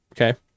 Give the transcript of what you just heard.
Okay